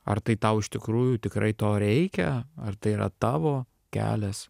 ar tai tau iš tikrųjų tikrai to reikia ar tai yra tavo kelias